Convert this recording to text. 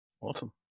Awesome